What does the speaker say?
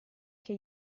che